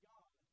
God